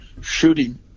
shooting